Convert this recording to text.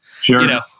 Sure